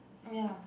ya